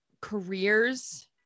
careers